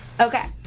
Okay